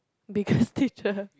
because teacher